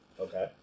Okay